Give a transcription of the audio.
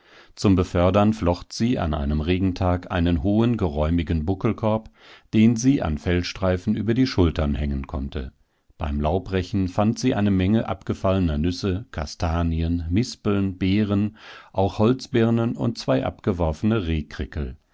zum befördern flocht sie an einem regentag einen hohen geräumigen buckelkorb den sie an fellstreifen über die schultern hängen konnte beim laubrechen fand sie eine menge abgefallener nüsse kastanien mispeln beeren auch